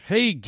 Hey